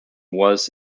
was